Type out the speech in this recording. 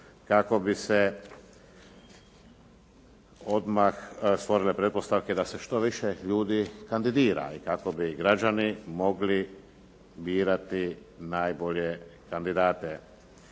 kako bi se odmah stvorile pretpostavke da se što više ljudi kandidira kako bi građani mogli birati najbolje kandidate.